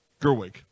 Gerwig